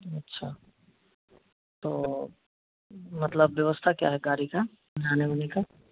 अच्छा तो मतलब व्यवस्था क्या है गाड़ी का जाने उने का